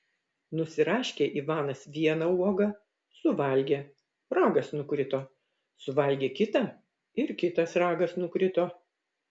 nusiraškė ivanas vieną uogą suvalgė ragas nukrito suvalgė kitą ir kitas ragas nukrito